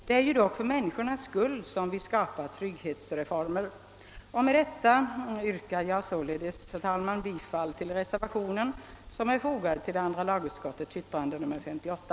Det är dock för människornas skull som vi skapar trygghetsreformer. Med detta yrkar jag bifall till den reservation som jag fogat till andra lagutskottets utlåtande nr 58.